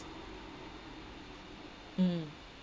mm